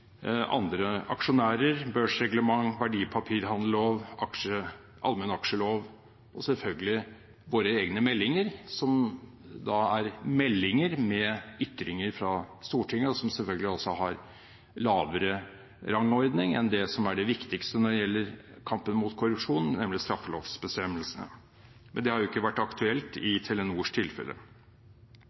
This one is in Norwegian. andre aksjonærer, børsreglement, verdipapirhandellov, allmennaksjelov og selvfølgelig våre egne meldinger, som da er meldinger med ytringer fra Stortinget, og som selvfølgelig også har lavere rangordning enn det som er det viktigste når det gjelder kampen mot korrupsjon, nemlig straffelovsbestemmelsene. Men det har ikke vært aktuelt i Telenors tilfelle.